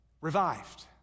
revived